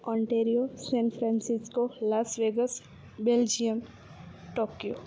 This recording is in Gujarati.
Ontario San Francisco Las Vegas Belgium Tokyo